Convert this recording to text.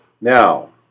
Now